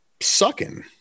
sucking